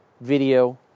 video